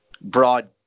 broad